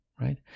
Right